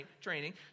training